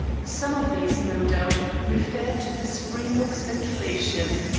some of these, no doubt, referred to the springbok speculation.